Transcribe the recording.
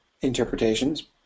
interpretations